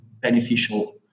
beneficial